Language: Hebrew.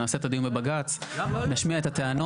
נעשה את הדיון בבג"ץ, נשמיע את הדיונים.